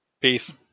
peace